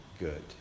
good